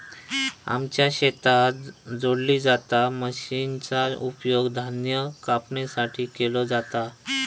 आमच्या शेतात जोडली जाता मशीनचा उपयोग धान्य कापणीसाठी केलो जाता